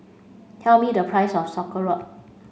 tell me the price of Sauerkraut